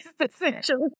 essentially